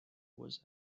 was